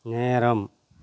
நேரம்